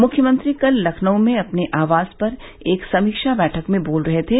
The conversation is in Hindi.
मुख्यमंत्री कल लखनऊ में अपने आवास पर एक समीक्षा बैठक में बोल रहे थे